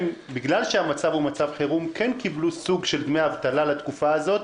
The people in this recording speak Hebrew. בגלל שזה מצב חירום כן קיבלו סוג של דמי אבטלה לתקופה הזאת,